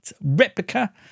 replica